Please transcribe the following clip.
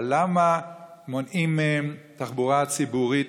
אבל למה מונעים מהם תחבורה ציבורית?